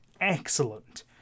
excellent